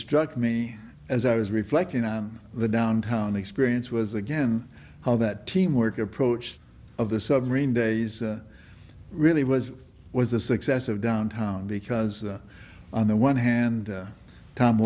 struck me as i was reflecting on the downtown experience was again how that teamwork approach of the submarine days really was was the success of downtown because on the one hand